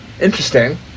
Interesting